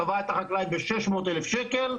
הוא תבע את החקלאי ב-600,000 שקלים.